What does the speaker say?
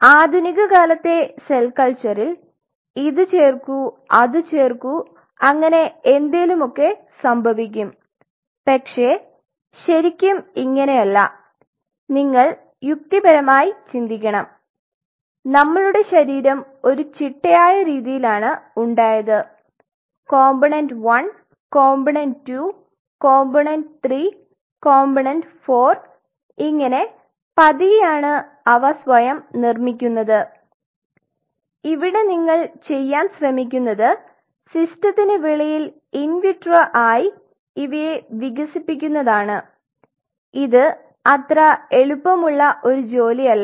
ആധുനിക കാലത്തെ സെൽ കൾച്ചറിൽ ഇത് ചേർക്കു അത് ചേർക്കു അങ്ങനെ എന്തേലുമൊക്കെ സംഭവിക്കും പക്ഷെ ശെരിക്കും ഇങ്ങനെയല്ല നിങ്ങൾ യുക്തിപരമായി ചിന്തിക്കണം നമ്മളുടെ ശരീരം ഒരു ചിട്ടയായ രീതിയിലാണ് ഉണ്ടായത് കമ്പോണന്റ് 1 കമ്പോണന്റ് 2 കമ്പോണന്റ് 3 കമ്പോണന്റ് 4 ഇങ്ങനെ പതിയെയാണ് അവ സ്വയം നിർമിക്കുന്നത് ഇവിടെ നിങ്ങൾ ചെയ്യാൻ ശ്രെമിക്കുന്നത് സിസ്റ്റത്തിന് വെളിയിൽ ഇൻ വിട്രോ ആയി ഇവയെ വികസിപ്പിക്കുന്നതാണ് ഇത് അത്ര എളുപ്പമുള്ള ഒരു ജോലി അല്ല